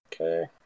Okay